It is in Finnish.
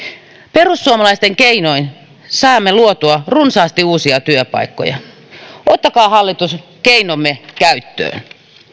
perussuomalaisten keinoin saamme luotua runsaasti uusia työpaikkoja ottakaa hallitus keinomme käyttöön